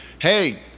hey